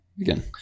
again